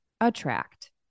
attract